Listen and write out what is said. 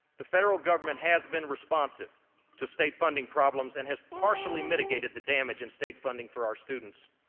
the federal government has been responsive to state funding problems, and has partially mitigated the damage in state funding for our students.